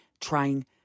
trying